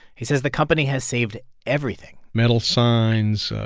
he says the company has saved everything metal signs,